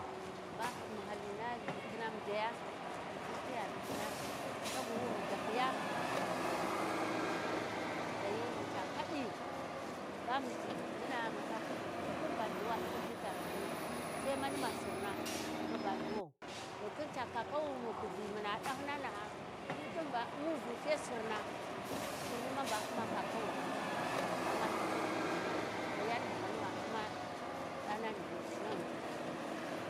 ﻿Ba mu hali naa buttina mu ʒhaya mu cu Khiya naa taguwi Wi mu ʒhaya dakhiya maca kaɗau ɗahiyi maca kaɗi, ba mu ji ɗi vinaa mu ndaka kuʒusi, hyi ɗin ba Lhuwa irin te ta rivunu, sai mani ma sirna. Ma ba Lhuwan, Ghikhin ca kakawi wi mu kuʒi muna ɗahyinana'a, hyi ɗin ba u'muʒu sai sirna, sirni ma ba u'ma kawai amma hyi ɗingha subanu. To yani bu mani ma u'ma ɗanani be ɗi naghun ca ʒhewalai.